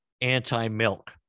anti-milk